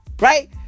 right